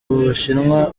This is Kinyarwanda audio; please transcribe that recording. bushinwa